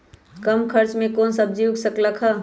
कम खर्च मे कौन सब्जी उग सकल ह?